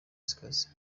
zikaze